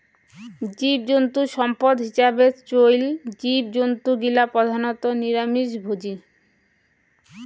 জীবজন্তু সম্পদ হিছাবে চইল জীবজন্তু গিলা প্রধানত নিরামিষভোজী